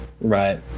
Right